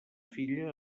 filla